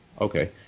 Okay